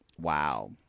Wow